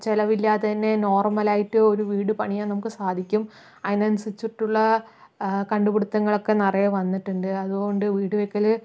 ചിലവില്ലാതെ തന്നെ നോർമൽ ആയിട്ട് ഒരു വീട് പണിയാൻ നമുക്ക് സാധിക്കും അതിനനുസരിച്ചിട്ടുള്ള കണ്ടുപിടുത്തങ്ങൾ ഒക്കെ നിറയെ വന്നിട്ടുണ്ട് അതുകൊണ്ട് വീട് വയ്ക്കല്